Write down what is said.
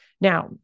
Now